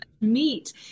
meat